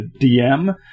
DM